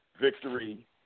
victory